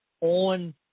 on